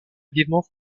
vivement